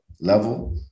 level